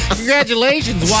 Congratulations